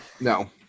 No